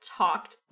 talked